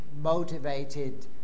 motivated